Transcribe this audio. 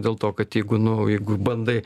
dėl to kad jeigu nu jeigu bandai